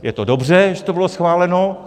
Je to dobře, že to bylo schváleno.